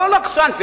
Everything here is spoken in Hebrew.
לא לחשן,